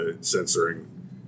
censoring